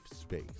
space